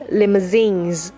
limousines